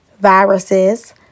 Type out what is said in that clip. viruses